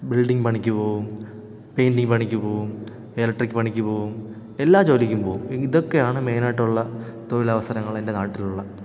building പണിക്ക് പോവും painting പണിക്ക് പോവും എലക്ട്രിക്ക് പണിക്ക് പോവും എല്ലാ ജോലിക്കും പോവും ഇതൊക്കെയാണ് മെയിനായിട്ടുള്ള തൊഴിൽ അവസരങ്ങൾ എൻ്റെ നാട്ടിൽ ഉള്ള